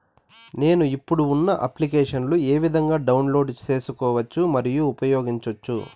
నేను, ఇప్పుడు ఉన్న అప్లికేషన్లు ఏ విధంగా డౌన్లోడ్ సేసుకోవచ్చు మరియు ఉపయోగించొచ్చు?